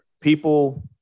people